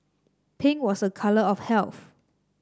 pink was a colour of health